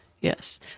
Yes